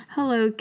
Hello